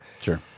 Sure